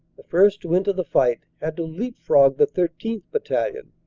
the first to enter the fight, had to leap-frog the thirteenth. battalion,